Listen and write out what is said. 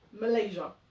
Malaysia